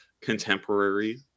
contemporary